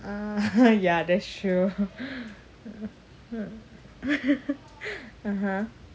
ah ya that's true (uh huh)